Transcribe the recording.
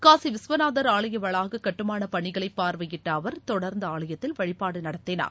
காசி விஸ்வநாதர் ஆலய வளாக கட்டுமானப் பணிகளை பார்வையிட்ட அவர் தொடர்ந்து ஆலயத்தில் வழிபாடு நடத்தினார்